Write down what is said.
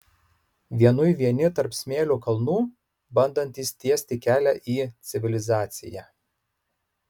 vienui vieni tarp smėlio kalnų bandantys tiesti kelią į civilizaciją